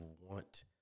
want